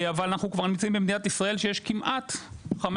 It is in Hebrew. אבל אנחנו כבר נמצאים במדינת ישראל שיש כמעט 500,000,